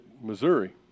Missouri